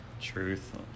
Truth